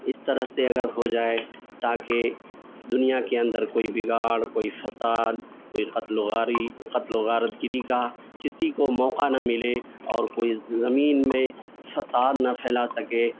اس طرح سے اگر ہو جائے تاکہ دنیا کے اندر کوئی بگاڑ کوئی فساد کوئی قتل و غاری قتل و غارت گری کا کسی کو موقع نہ ملے اور کوئی زمین میں فساد نہ پھیلا سکے